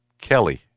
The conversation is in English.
Kelly